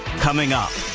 coming up.